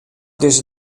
dizze